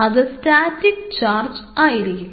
അത് static charge ആയിരിക്കും